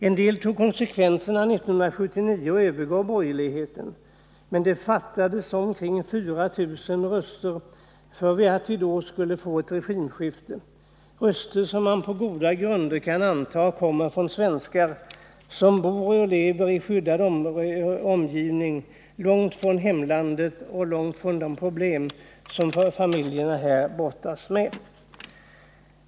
En del av dem tog konsekvenserna av det och övergav borgerligheten 1979, men det fattades omkring 4 000 röster för att vi då skulle få ett regimskifte. Man kan på goda grunder anta att de röster som den gången hjälpte borgerligheten kom från svenskar som bor och lever i en skyddad omgivning, långt från hemlandet och långt från de problem som familjerna här brottas med.